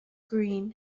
green